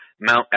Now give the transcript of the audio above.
Mount